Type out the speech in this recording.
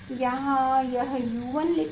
यहाँ यह U1 लिखा है